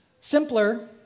simpler